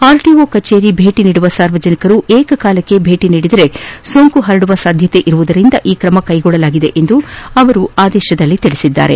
RTO ಕಚೇರಿಗೆ ಭೇಟಿ ನೀಡುವ ಸಾರ್ವಜನಿಕರು ಏಕಕಾಲದಲ್ಲಿ ಭೇಟಿ ನೀಡಿದರೆ ಸೋಂಕು ಹರಡುವ ಸಾಧ್ಯತೆ ಇರುವುದರಿಂದ ಈ ಕ್ರಮ ಕೈಗೊಳ್ಳಲಾಗಿದೆ ಎಂದು ಅವರು ಆದೇಶದಲ್ಲಿ ತಿಳಿಸಿದ್ದಾರೆ